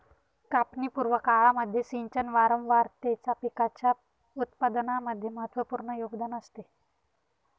कापणी पूर्व काळामध्ये सिंचन वारंवारतेचा पिकाच्या उत्पादनामध्ये महत्त्वपूर्ण योगदान असते